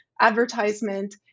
advertisement